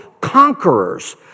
conquerors